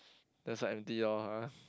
that's why empty lor ah